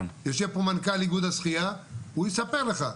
יושב פה מנכ"ל איגוד השחייה, והוא יספר לך.